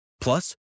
Plus